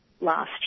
last